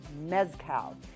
mezcal